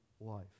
life